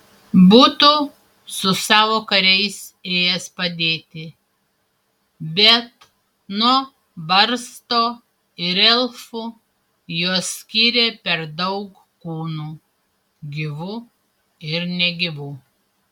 būtų su savo kariais ėjęs padėti bet nuo barsto ir elfų juos skyrė per daug kūnų gyvų ir negyvų